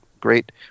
great